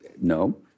No